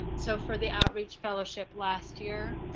and so for the outreach fellowship last year